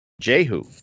Jehu